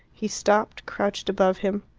he stopped, crouched above him.